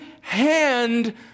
hand